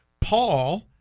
Paul